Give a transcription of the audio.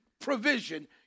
provision